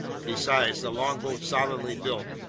besides, the longboat's solidly built,